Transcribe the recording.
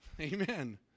Amen